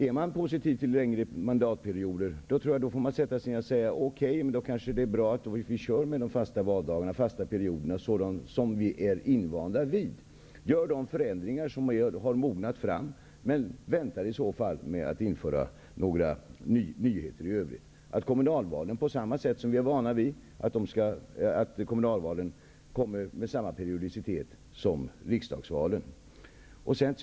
Om man är positiv till längre mandatperioder, får man väl säga okej till de fasta valdagarna och valperioderna som vi redan är invanda vid, genomföra de förändringar som har mognat fram och vänta med att införa övriga nyheter. Kommunalvalen kan komma med samma periodicitet som riksdagsvalen -- som vi är vana vid.